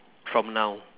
from now